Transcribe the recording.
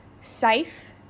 safe